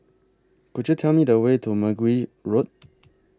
Could YOU Tell Me The Way to Mergui Road